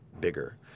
bigger